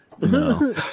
No